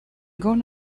gone